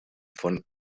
von